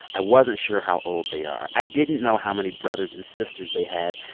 i wasn't sure how old they are. i didn't know how many brothers and sisters they had.